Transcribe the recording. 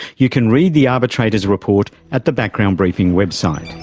you can read the arbitrator's report at the background briefing website.